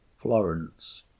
florence